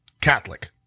Catholic